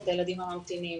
את הילדים הממתינים.